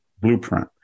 Blueprint